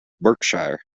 berkshire